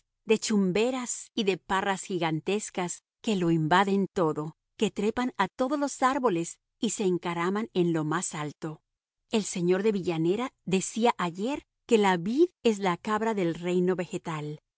de chumberas y de parras gigantescas que lo invaden todo que trepan a todos los árboles y se encaraman en lo más alto el señor de villanera decía ayer que la vid es la cabra del reino vegetal